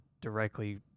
directly